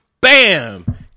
Bam